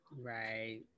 Right